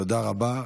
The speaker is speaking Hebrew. תודה רבה.